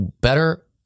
Better